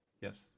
yes